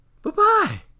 Bye-bye